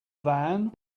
van